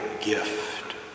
gift